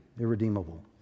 irredeemable